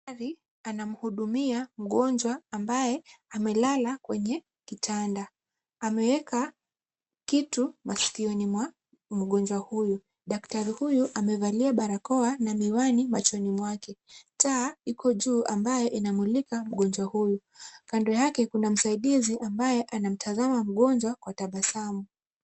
Daktari anamuhudumia mgonjwa ambaye amelala kwenye kitanda. Ameweka kitu masikioni mwa mgonjwa huyu. Daktari huyu amevalia barakoa na miwani machoni mwake. Taa iko juu ambaye inamulika mgonjwa huyu. Kando yake kuna msaidizi ambaye anamtazama mgonjwa kwa tabasamu.